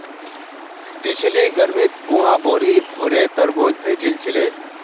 पिछली गर्मीत बुआ बोरी भोरे तरबूज भेजिल छिले